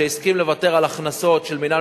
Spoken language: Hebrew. שהסכים לוותר על הכנסות של מינהל